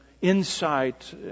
insight